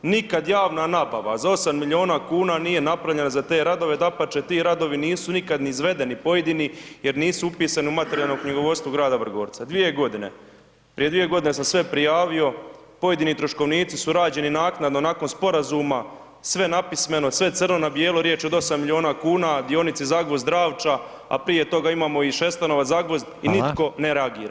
Nikad javna nabava za 8 milijuna kuna nije napravljena za te radove, dapače, ti radovi nisu nikad ni izvedeni pojedini jer nisu upisani u materijalno knjigovodstvo grada Vrgorca 2 g., prije 2 g. sam sve prijavio, pojedini troškovnici su rađeni naknadno nakon sporazuma, sve napismeno, sve crno na bijelo, riječ je o 8 milijuna kuna, dionice Zagvozd-Ravča, a prije toga imamo i Šestanovac-Zagvozd i nitko ne reagira.